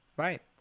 Right